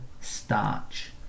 Starch